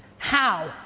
how?